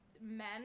Men